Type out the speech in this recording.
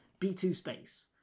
B2Space